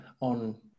on